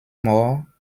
more